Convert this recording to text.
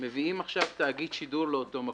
ועכשיו מביאים תאגיד שידור לאותו מקום.